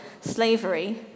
slavery